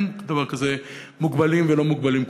אין דבר כזה מוגבלים ולא מוגבלים,